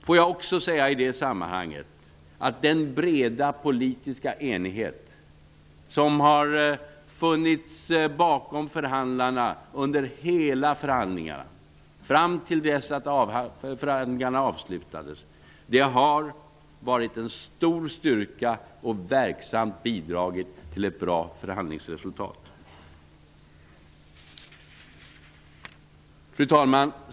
I det sammanhanget vill jag också säga att den breda politiska enighet som har funnits bakom förhandlarna under hela förhandlingarna fram till dess att de avslutades har varit en stor styrka och verksamt bidragit till ett bra förhandlingsresultat. Fru talman!